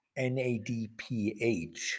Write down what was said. NADPH